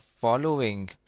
following